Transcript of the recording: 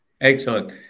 excellent